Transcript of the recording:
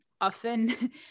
Often